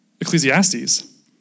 Ecclesiastes